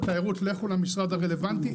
לכו למשרד הרלוונטי,